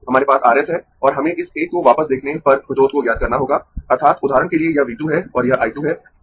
हमारे पास R s है और हमें इस एक को वापस देखने पर प्रतिरोध को ज्ञात करना होगा अर्थात् उदाहरण के लिए यह v 2 है और यह I 2 है